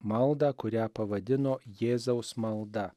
maldą kurią pavadino jėzaus malda